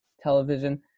television